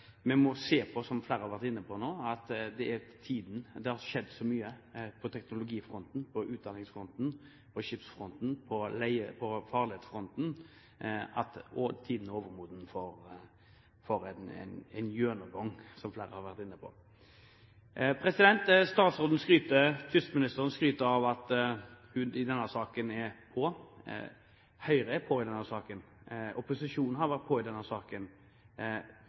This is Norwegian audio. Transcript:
som flere har vært inne på. Kystministeren skryter av at hun i denne saken er på. Høyre er på i denne saken, opposisjonen har vært på i denne saken. Kystministeren har kommet på